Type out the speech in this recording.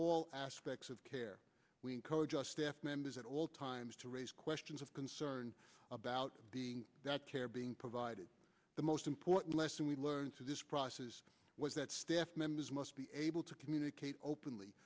all aspects of care we encourage our staff members at all times to raise questions of concern about that care being provided the most important lesson we learned through this process was that staff members must be able to communicate openly